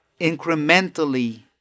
incrementally